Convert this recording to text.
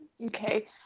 Okay